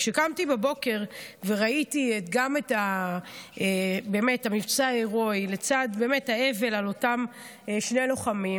כשקמתי בבוקר וראיתי גם את המבצע ההירואי לצד האבל על אותם שני לוחמים,